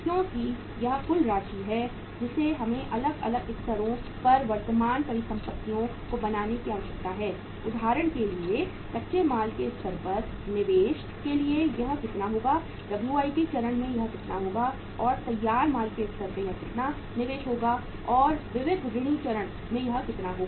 क्योंकि यह कुल राशि है जिसे हमें अलग अलग स्तरों पर वर्तमान परिसंपत्तियों को बनाने की आवश्यकता है उदाहरण के लिए कच्चे माल के स्तर पर निवेश के लिए यह इतना होगा WIP चरण में यह इतना होगा और फिर तैयार माल के स्तर पर यह इतना निवेश होगा और विविध ऋणी चरण में यह इतना होगा